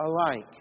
alike